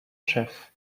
chef